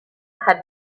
had